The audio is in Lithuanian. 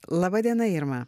laba diena irma